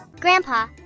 Grandpa